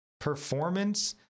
performance